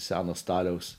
seno staliaus